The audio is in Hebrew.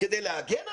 כדי להגן עליו?